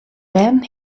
bern